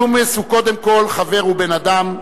ג'ומס הוא קודם כול חבר ובן-אדם,